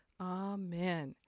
Amen